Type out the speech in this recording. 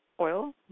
Oil